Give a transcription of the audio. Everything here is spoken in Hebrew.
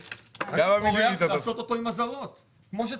צריך לעשות אותו עם אזהרות כמו שצריך.